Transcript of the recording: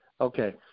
Okay